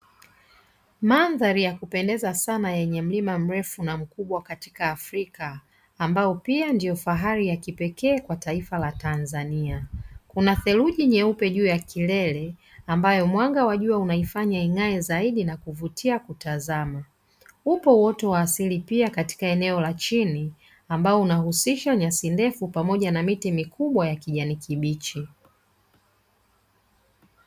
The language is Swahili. Mandhari ya kupendeza sana yenye mlima mrefu na mkubwa katika Afrika, ambao pia ndio fahari ya kipekee kwa taifa la Tanzania. Kuna theluji nyeupe juu ya kilele ambayo mwanga wa jua unaifanya ing'ae zaidi na kuvutia kutazama. Upo uoto wa asili pia katika eneo la chini, ambao unahusisha nyasi ndefu pamoja na miti mikubwa ya kijani kibichi.